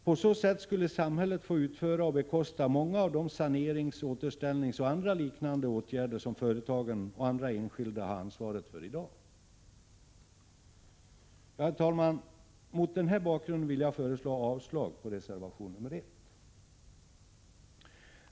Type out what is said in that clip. På så sätt skulle samhället få utföra och bekosta många av de sanerings-, återställningsoch andra liknande åtgärder som företagen och andra enskilda i dag har ansvaret för. Herr talman! Mot den här bakgrunden vill jag föreslå avslag på reservation 1.